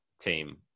team